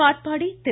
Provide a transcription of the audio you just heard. Katpadi Thiru